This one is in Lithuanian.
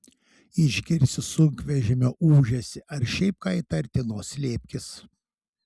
išgirsi sunkvežimio ūžesį ar šiaip ką įtartino slėpkis